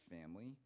family